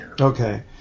Okay